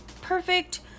perfect